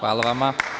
Hvala vama.